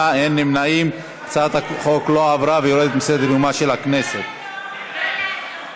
ההצעה להעביר לוועדה את הצעת חוק-יסוד: הממשלה (תיקון,